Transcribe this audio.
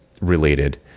related